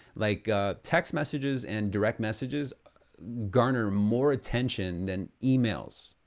like text messages and direct messages garner more attention than emails.